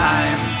Time